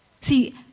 See